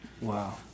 wow